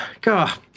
god